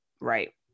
Right